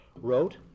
wrote